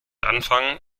anfangen